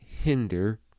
hinder